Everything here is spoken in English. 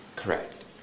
correct